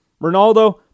Ronaldo